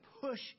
push